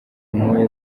moya